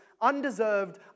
undeserved